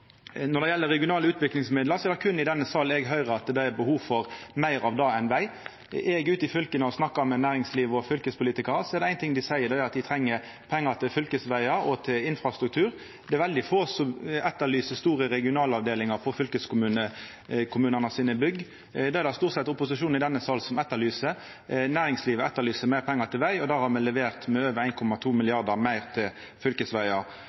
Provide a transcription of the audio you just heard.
Når det gjeld regionale utviklingsmidlar, er det berre i denne salen eg høyrer det er behov for meir av det enn veg. Når eg er ute i fylka og snakkar med næringsliv og fylkespolitikarar, er det éin ting dei seier. Det er at dei treng pengar til fylkesvegar og infrastruktur. Det er veldig få som etterlyser store regionalavdelingar i bygga til fylkeskommunane. Det er det stort sett opposisjonen i denne salen som etterlyser. Næringslivet etterlyser meir pengar til veg, og det har me levert med over 1,2 mrd. kr meir til fylkesvegar.